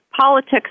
politics